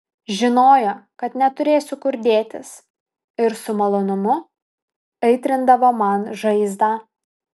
žinojo kad neturėsiu kur dėtis ir su malonumu aitrindavo man žaizdą